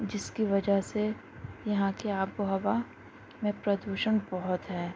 جِس کی وجہ سے یہاں کے آب و ہوا میں پردوشن بہت ہے